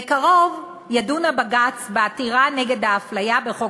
בקרוב ידון בג"ץ בעתירה נגד האפליה בחוק